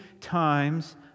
times